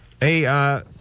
Hey